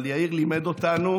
אבל יאיר לימד אותנו